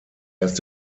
erst